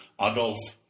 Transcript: Adolf